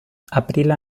aprila